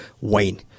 Wayne